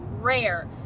rare